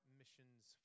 missions